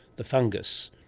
the fungus,